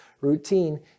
routine